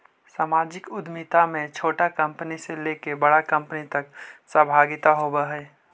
सामाजिक उद्यमिता में छोटा कंपनी से लेके बड़ा कंपनी तक के सहभागिता होवऽ हई